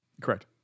Correct